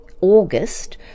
August